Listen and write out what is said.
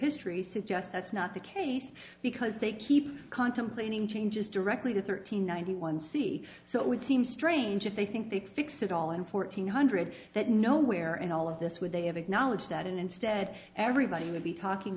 history suggests that's not the case because they keep contemplating changes directly to thirteen ninety one c so it would seem strange if they think they fixed it all in fourteen hundred that nowhere and all of this with a have acknowledged that instead everybody would be talking